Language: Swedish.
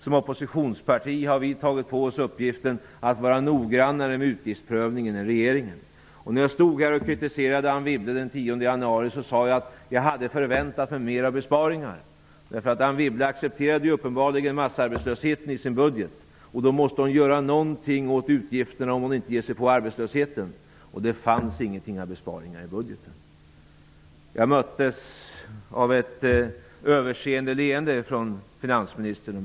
Som oppositionsparti har vi tagit på oss uppgiften att vara noggrannare med utgiftsprövningen än regeringen. När jag stod här och kritiserade Anne Wibble den 10 januari sade jag att jag hade förväntat mig mer besparingar. Anne Wibble accepterade uppenbarligen massarbetslösheten i sin budget. Om hon inte ger sig på arbetslösheten måste hon göra någonting åt utgifterna. Det fanns inga besparingar i budgeten. Jag möttes -- skulle jag vilja säga -- av ett överseende leende från finansministern.